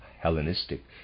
Hellenistic